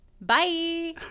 Bye